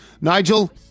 Nigel